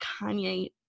Kanye